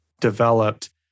developed